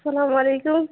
سلام علیکم